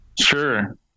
Sure